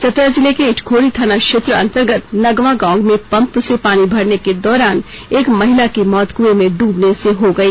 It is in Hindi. चतरा जिले के इटखोरी थाना क्षेत्र अंतर्गत नगवां गांव में पंप से पानी भरने के दौरान एक महिला की मौत कुएं में डूबने से हो गई